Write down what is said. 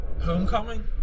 Homecoming